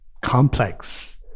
complex